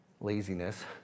laziness